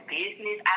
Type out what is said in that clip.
business